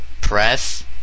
press